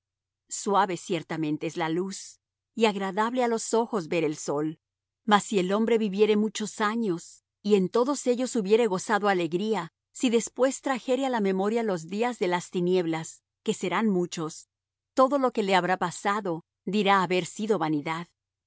suave ciertamente es la luz y agradable á los ojos ver el sol mas si el hombre viviere muchos años y en todos ellos hubiere gozado alegría si después trajere á la memoria los días de las tinieblas que serán muchos todo lo que le habrá pasado dirá haber sido vanidad